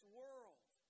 world